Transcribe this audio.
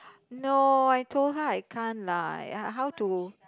no I told her I can't lah ya how to